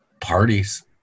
parties